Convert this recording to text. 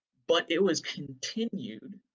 but it was continued,